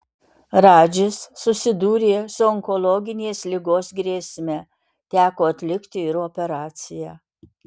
radžis susidūrė su onkologinės ligos grėsme teko atlikti ir operaciją